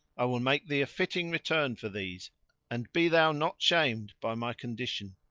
i will make thee a fitting return for these and be thou not shamed by my condition.